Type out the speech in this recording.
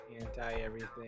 anti-everything